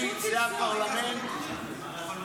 פשוט --- זה הפרלמנט הישראלי?